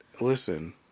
listen